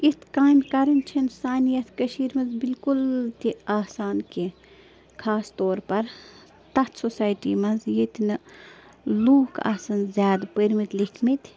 یِتھ کامہِ کَرٕنۍ چھِنہٕ سانہِ یَتھ کٔشیٖرِ منٛز بِلکُل تہِ آسان کیٚنٛہہ خاص طور پَر تَتھ سوسایٹی منٛز ییٚتہِ نہٕ لوٗکھ آسَن زیادٕ پٔرۍمٕتۍ لیٚکھمٕتۍ